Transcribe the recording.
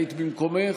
היית במקומך